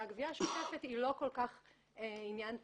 שהגבייה השוטפת היא לא כל כך עניין טכני.